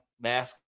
mask